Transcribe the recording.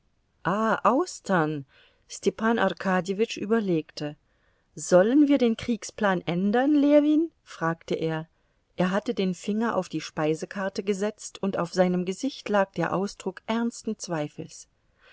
austern stepan arkadjewitsch überlegte sollen wir den kriegsplan ändern ljewin fragte er er hatte den finger auf die speisekarte gesetzt und auf seinem gesicht lag der ausdruck ernsten zweifels